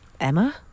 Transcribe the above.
Emma